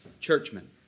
Churchmen